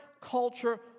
culture